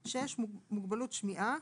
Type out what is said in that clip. (6) מוגבלות שמיעה,